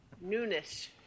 newness